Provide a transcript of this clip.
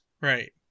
Right